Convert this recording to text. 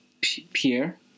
Pierre